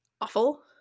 awful